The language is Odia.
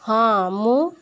ହଁ ମୁଁ